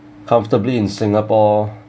comfortably in singapore